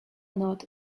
not